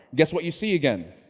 guess what you see again?